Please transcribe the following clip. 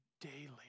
daily